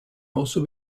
also